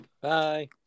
Bye